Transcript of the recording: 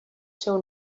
seu